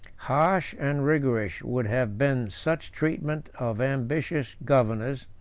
harsh and rigorous would have been such treatment of ambitious governors,